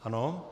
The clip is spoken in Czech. Ano.